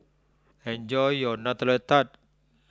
enjoy your Nutella Tart